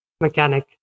mechanic